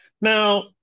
Now